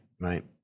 right